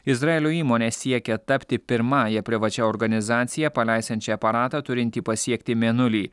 izraelio įmonė siekia tapti pirmąja privačia organizacija paleisiančia aparatą turintį pasiekti mėnulį